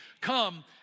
Come